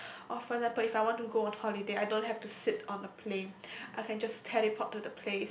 or for example if I want to go on holiday I don't have to sit on the plane I can just teleport to the place